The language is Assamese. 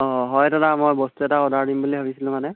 অঁ হয় দাদা মই বস্তু এটা অৰ্ডাৰ দিম বুলি ভাবিছিলোঁ মানে